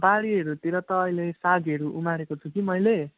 बारीहरूतिर त अहिले सागहरू उमारेको छु कि मैले